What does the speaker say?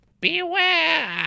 Beware